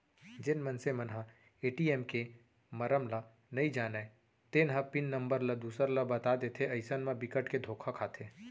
जेन मनसे मन ह ए.टी.एम के मरम ल नइ जानय तेन ह पिन नंबर ल दूसर ल बता देथे अइसन म बिकट के धोखा खाथे